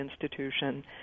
institution